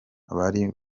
bari